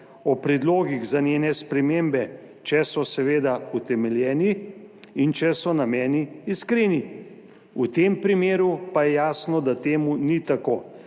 o predlogih za njene spremembe, če so seveda utemeljeni in če so nameni iskreni. V tem primeru pa je jasno, da temu ni tako.